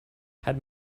had